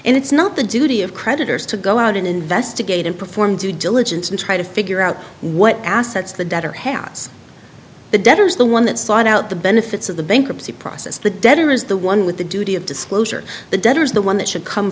and it's not the duty of creditors to go out and investigate and perform due diligence and try to figure out what assets the debtor hands the debtor is the one that sought out the benefits of the bankruptcy process the debtor is the one with the duty of disclosure the debtor is the one that should come